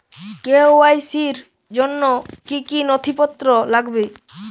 KYC র জন্য কি কি নথিপত্র লাগবে?